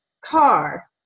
car